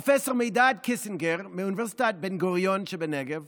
פרופ' מידד קיסינגר מאוניברסיטת בן-גוריון שבנגב